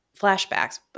flashbacks